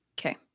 Okay